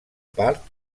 part